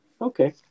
okay